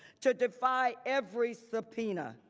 to defy every subpoena.